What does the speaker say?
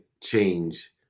change